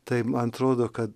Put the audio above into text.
tai man atrodo kad